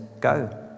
go